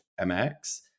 MX